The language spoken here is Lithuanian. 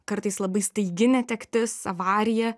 kartais labai staigi netektis avarija